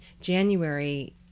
January